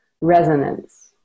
resonance